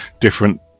different